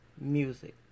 music